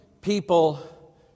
people